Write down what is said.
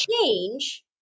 change